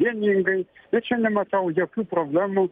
vieningai ir čia nematau jokių problemų